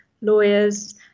lawyers